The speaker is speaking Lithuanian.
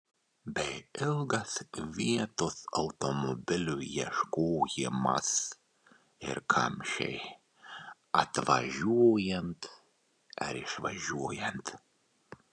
bei ilgas vietos automobiliui ieškojimas ir kamščiai atvažiuojant ar išvažiuojant